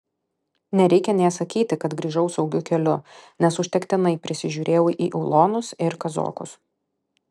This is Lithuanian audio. nereikia nė sakyti kad grįžau saugiu keliu nes užtektinai prisižiūrėjau į ulonus ir kazokus